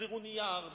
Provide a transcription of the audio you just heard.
שימחזרו נייר,